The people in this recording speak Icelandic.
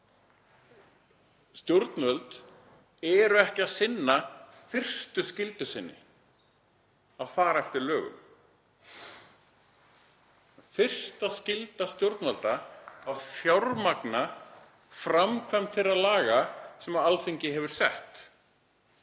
Stjórnvöld eru ekki að sinna fyrstu skyldu sinni, að fara eftir lögum. Fyrsta skylda stjórnvalda er að fjármagna framkvæmd þeirra laga sem Alþingi hefur sett.